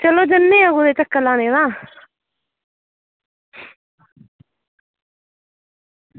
चलो जन्ने आं कुदै चक्कर लीने गी तां